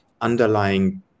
underlying